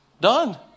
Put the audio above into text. Done